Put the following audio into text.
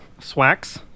Swax